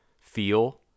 feel